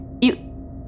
You-